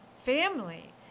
family